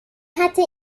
hatte